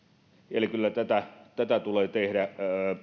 eli kyllä tätä tätä tulee tehdä